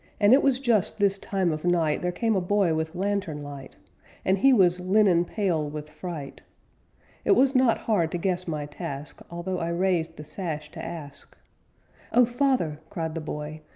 and it was just this time of night there came a boy with lantern light and he was linen-pale with fright it was not hard to guess my task, although i raised the sash to ask oh, father cried the boy,